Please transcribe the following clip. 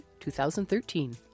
2013